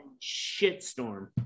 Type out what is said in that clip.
Shitstorm